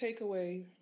takeaway